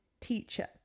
teacher